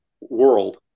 world